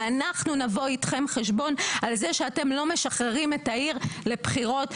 ואנחנו נבוא אתכם חשבון על זה שאתם לא משחררים את העיר לבחירות.